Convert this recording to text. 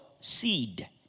seed